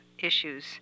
issues